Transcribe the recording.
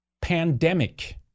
pandemic